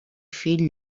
fill